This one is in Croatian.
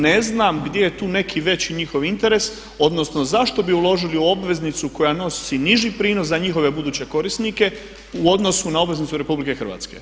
Ne znam gdje je tu neki veći njihov interes odnosno zašto bi uložili u obveznicu koja nosi niži prinos za njihove buduće korisnike u odnosu na obveznice RH.